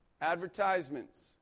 advertisements